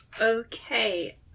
Okay